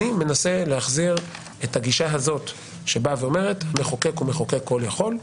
אני מנסה להחזיר את הגישה הזאת שבאה ואומרת שהמחוקק הוא מחוקק כל יכול,